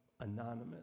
anonymous